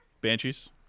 Banshees